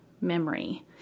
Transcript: memory